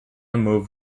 moved